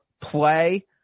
play